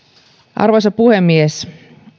arvoisa puhemies